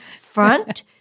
front